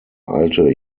alte